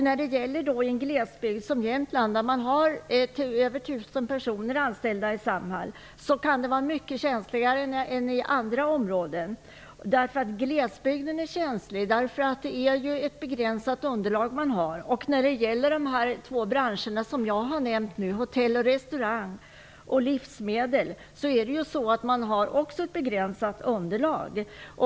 I en glesbygd såsom Jämtland där Samhall har tusen anställda kan det vara mycket känsligare än i andra områden, eftersom kundunderlaget i glesbygden är begränsat. De branscher som jag nämnde i min fråga, hotell och restaurang samt livsmedel, har ett begränsat kundunderlag.